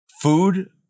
Food